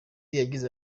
yagize